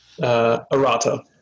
Arata